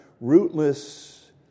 rootless